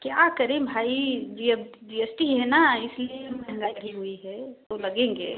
क्या करें भाई जी जी एस टी है न इसलिए महंगाई की हुई है तो लगेंगे